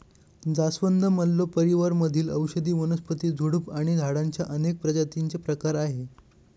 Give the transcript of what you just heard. जास्वंद, मल्लो परिवार मधील औषधी वनस्पती, झुडूप आणि झाडांच्या अनेक प्रजातींचे प्रकार आहे